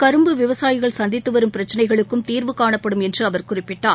கரும்பு விவசாயிகள் சந்தித்து வரும் பிரச்சினைகளுக்கும் தீர்வு காணப்படும் என்று அவர் குறிப்பிட்டார்